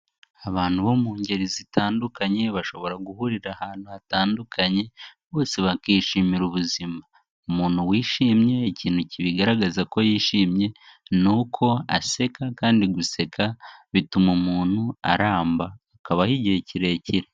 Abantu bo mu ngeri zitandukanye, bashobora guhurira ahantu hatandukanye, bose bakishimira ubuzima, umuntu wishimye, ikintu kibigaragaza ko yishimye, ni uko aseka kandi guseka bituma umuntu aramba, akabaho igihe kirekire.